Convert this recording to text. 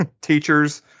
teachers